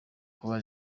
kuba